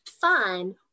fun